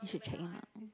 you should check him ah